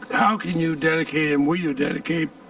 how can you dedicate, and will you dedicate